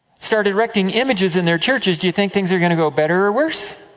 started erecting images in their churches, do you think things are going to go better, or worse?